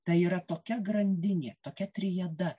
tai yra tokia grandinė tokia triada